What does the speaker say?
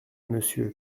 monsieur